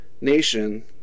nation